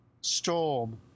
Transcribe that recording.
Storm